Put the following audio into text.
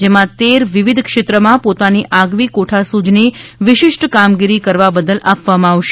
જેમાં તેર વિવિધ ક્ષેત્રમાં પોતાની આગવી કોઠાસૂઝની વિશિષ્ટ કામગીરી કરવા બદલ આપવામાં આવશે